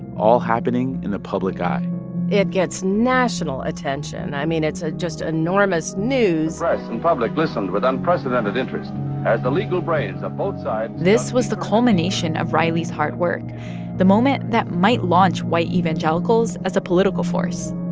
all happening in the public eye it gets national attention. i mean, it's ah just enormous news the press and public listened with unprecedented interest as the legal brains of both sides. this was the culmination of riley's hard work the moment that might launch white evangelicals as a political force